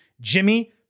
Jimmy